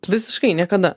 visiškai niekada